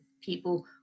people